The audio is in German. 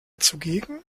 zugegen